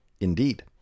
Indeed